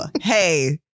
hey